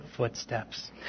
footsteps